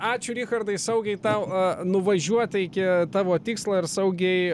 ačiū richardai saugiai tau nuvažiuoti iki tavo tikslo ir saugiai